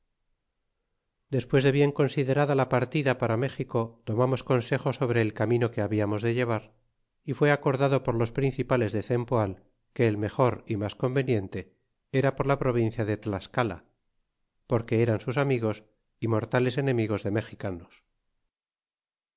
despues de bien considerada la partida para méxico tomamos consejo sobre el camino que habiamos de llevar y fué acordado por los prineipales de cempoal que el mejor y mas conveüiente era por la provincia de tlascala porque eran sus amigos y mortales enemigos de mexicanos